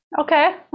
Okay